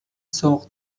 سوق